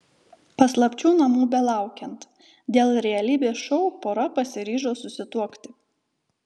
paslapčių namų belaukiant dėl realybės šou pora pasiryžo susituokti